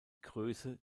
größe